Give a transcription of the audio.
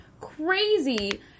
crazy